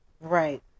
Right